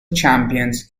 champions